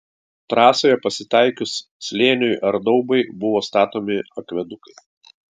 trasoje pasitaikius slėniui ar daubai buvo statomi akvedukai